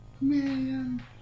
Man